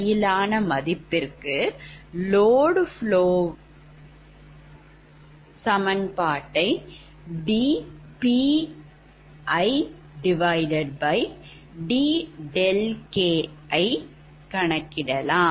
ɗn மதிப்பிற்கு load flow சமன் பாட்டான dPidɗk ஐ கணக்கிடலாம்